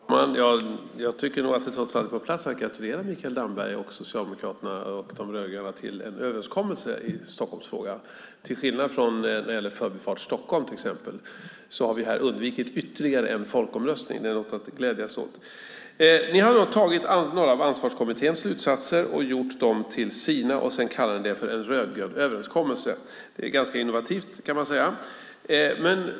Herr talman! Jag tycker att det trots allt är på plats att gratulera Mikael Damberg, Socialdemokraterna och De rödgröna till en överenskommelse i Stockholmsfrågan. Till skillnad från när det gäller Förbifart Stockholm, till exempel, har vi här undvikit ytterligare en folkomröstning. Det är något att glädja sig åt. Ni har tagit några av Ansvarskommitténs slutsatser, gjort dem till era och kallar det för en rödgrön överenskommelse. Det är ganska innovativt, kan man säga.